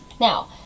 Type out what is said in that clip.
now